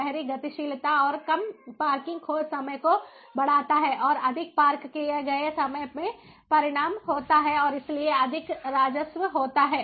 शहरी गतिशीलता और कम पार्किंग खोज समय को बढ़ाता है और अधिक पार्क किए गए समय में परिणाम होता है और इसलिए अधिक राजस्व होता है